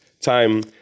time